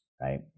right